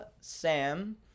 Sam